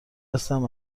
هستم